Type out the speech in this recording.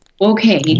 Okay